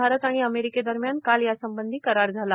भारत आणि अमेरिकेदरम्यान काल या संबंधी करार झाला